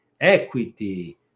equity